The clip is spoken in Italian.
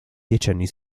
decenni